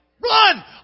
run